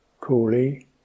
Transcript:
coolly